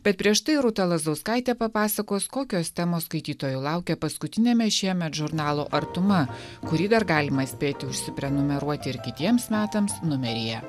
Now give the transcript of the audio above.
bet prieš tai rūta lazauskaitė papasakos kokios temos skaitytojų laukia paskutiniame šiemet žurnalo artuma kurį dar galima spėti užsiprenumeruoti ir kitiems metams numeryje